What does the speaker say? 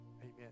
amen